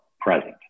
present